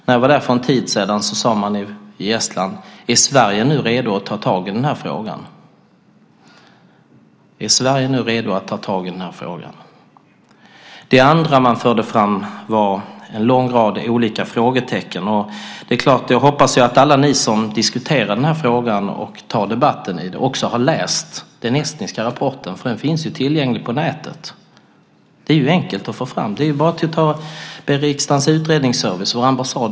När jag var där för en tid sedan sade man i Estland: Är Sverige nu redo att ta tag i den här frågan? Det andra man förde fram var en lång rad olika frågetecken. Jag hoppas att alla ni som diskuterar den här frågan och tar debatten också har läst den estniska rapporten. Den finns tillgänglig på nätet. Det är enkelt att få fram. Det är bara att be riksdagens utredningstjänst eller ambassaden.